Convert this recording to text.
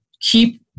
keep